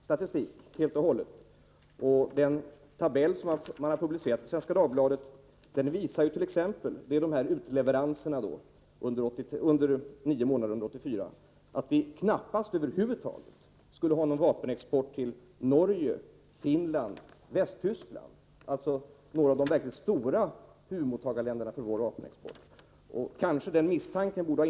Den tabell över utleveranser — det gäller alltså nio månader under 1984 —-som Svenska Dagbladet har publicerat visar t.ex. att vi nästan inte skulle ha någon vapenexport över huvud taget eller mycket liten till t.ex. Norge, Finland och Västtyskland, alltså några av de verkligt stora mottagarländerna när det gäller vår vapenexport.